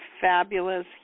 fabulous